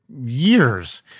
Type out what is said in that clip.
years